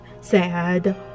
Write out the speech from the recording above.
sad